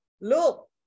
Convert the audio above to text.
look